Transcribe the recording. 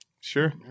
Sure